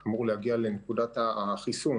זה אמור להגיע לנקודת החיסון